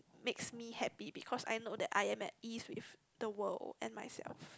makes me happy because I know that I am at ease with the world and myself